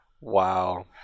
Wow